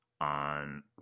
on